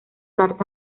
cartas